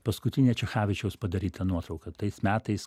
paskutinė čechavičiaus padaryta nuotrauka tais metais